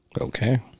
Okay